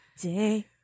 day